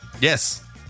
yes